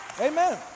Amen